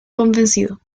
convencido